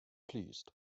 pleased